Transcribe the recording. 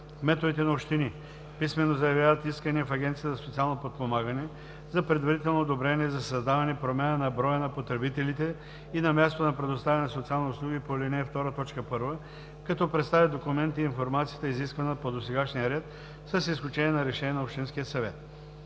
кметовете на общини писмено заявяват искания в Агенцията за социално подпомагане за предварително одобрение за създаване, промяна на броя на потребителите и на мястото на предоставяне на социални услуги по ал. 2, т. 1, като представят документите и информацията, изисквана по досегашния ред, с изключение на решение на общинския съвет;